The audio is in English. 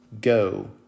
go